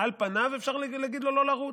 על פניו אפשר להגיד לו לא לרוץ.